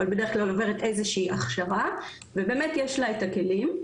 אבל בדרך כלל עוברת איזה שהיא הכשרה ובאמת יש לה את הכלים.